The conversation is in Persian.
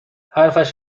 حرفش